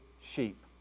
sheep